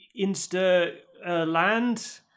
Insta-land